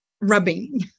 rubbing